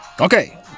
Okay